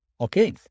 Okay